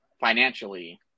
financially